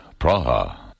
Praha